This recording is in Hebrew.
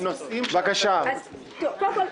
אז קודם כל,